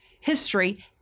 history